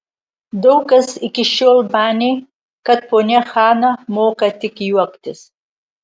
daug kas iki šiol manė kad ponia hana moka tik juoktis